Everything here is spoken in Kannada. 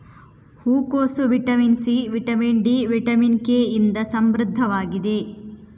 ಹೂಕೋಸು vitamin C, vitamin D, vitamin K ಇಂದ ಸಮೃದ್ಧವಾಗಿದೆ